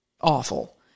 awful